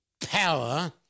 power